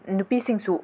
ꯅꯨꯄꯤꯁꯤꯡꯁꯨ